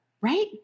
right